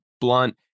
blunt